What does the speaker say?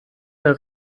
der